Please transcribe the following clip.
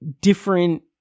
different